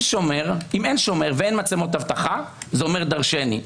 שומר ואין מצלמות אבטחה זה אומר דרשני.